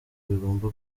bigomba